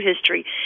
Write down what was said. history